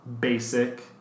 basic